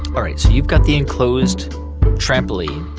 all right. so you've got the enclosed trampoline.